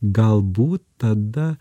galbūt tada